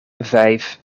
vijf